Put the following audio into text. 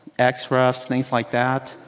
x roughs, things like that.